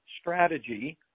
strategy